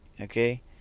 Okay